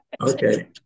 Okay